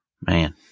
Man